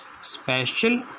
special